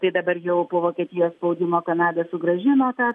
tai dabar jau po vokietijos spaudimo kanada sugrąžino tą